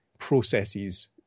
processes